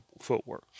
footwork